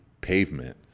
pavement